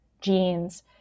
genes